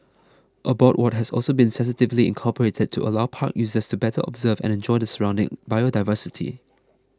a boardwalk has also been sensitively incorporated to allow park users to better observe and enjoy the surrounding biodiversity